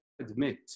admit